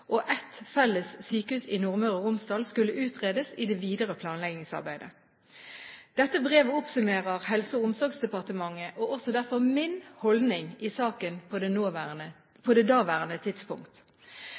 og ett felles sykehus i Nordmøre og Romsdal skulle utredes i det videre planleggingsarbeidet. Dette brevet oppsummerer Helse- og omsorgsdepartementets og også derfor min holdning i saken på det